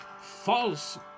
false